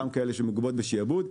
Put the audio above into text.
גם כאלה שמגובות בשעבוד,